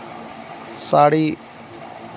sari